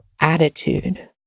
attitude